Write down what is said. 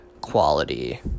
quality